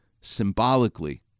symbolically